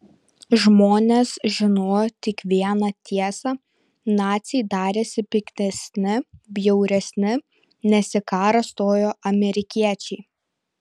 žmonės žinojo tik vieną tiesą naciai darėsi piktesni bjauresni nes į karą stojo amerikiečiai